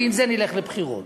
ועם זה נלך לבחירות.